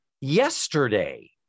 yesterday